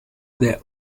their